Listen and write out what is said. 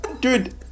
dude